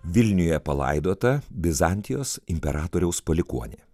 vilniuje palaidota bizantijos imperatoriaus palikuonė